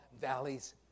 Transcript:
valleys